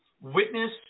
witness